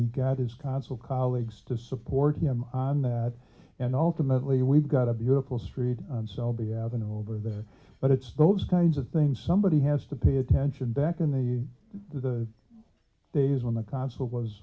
got his consul colleagues to support him on that and ultimately we've got a beautiful street selby avenue over there but it's those kinds of things somebody has to pay attention back in the the days when the consul was